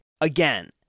again